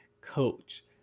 coach